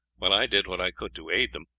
while i did what i could to aid them,